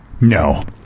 No